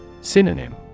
Synonym